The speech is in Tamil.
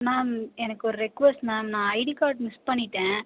மேம் எனக்கு ஒரு ரிக்வஸ்ட் மேம் நான் ஐடி கார்ட் மிஸ் பண்ணிவிட்டேன்